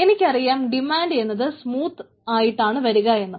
എനിക്കറിയാം ഡിമാന്റ് എന്നത് സ്മൂത്ത് ആയിട്ടാണ് വരിക എന്ന്